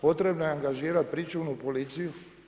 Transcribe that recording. Potrebno je angažirati pričuvnu policiju.